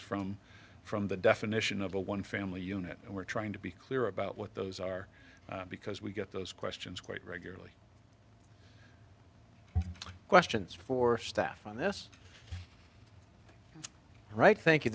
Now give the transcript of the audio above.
from from the definition of a one family unit and we're trying to be clear about what those are because we get those questions quite regularly questions for staff on this right thank you